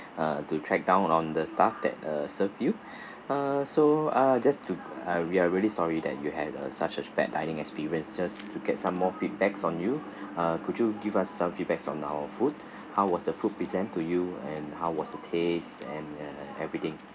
uh to track down on the staff that uh served you uh so uh just to uh we're really sorry that you had a such a bad dining experience just to get some more feedbacks on you uh could you give us some feedbacks on our food how was the food present to you and how was the taste and uh everything